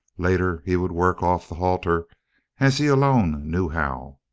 later he would work off the halter as he alone knew how.